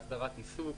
להסדרת עיסוק,